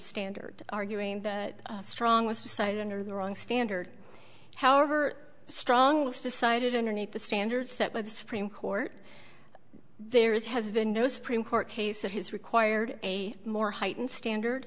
standard arguing that strong was decided under the wrong standard however strong was decided underneath the standards set by the supreme court there is has been no supreme court case that has required a more heightened